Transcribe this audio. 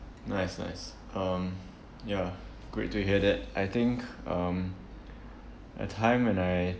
nice nice um ya great to hear that I think um a time when I